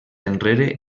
enrere